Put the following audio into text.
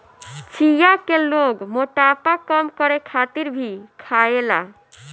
चिया के लोग मोटापा कम करे खातिर भी खायेला